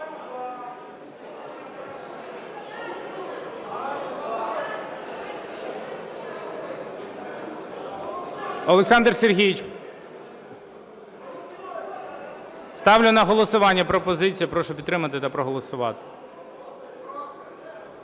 Олександре Сергійовичу… Ставлю на голосування пропозицію. Прошу підтримати та проголосувати.